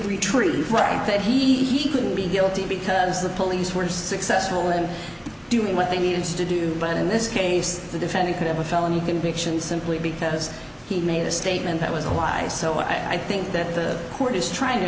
think that he couldn't be guilty because the police were successful in doing what they needed to do but in this case the defendant could have a felony conviction simply because he made a statement that was alive so i think that the court is trying to